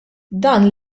dan